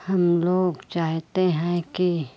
हम लोग चाहते हैं कि